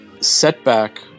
setback